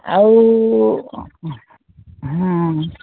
ଆଉ